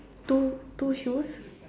two two shoes